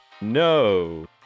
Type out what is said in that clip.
No